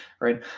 right